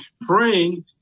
praying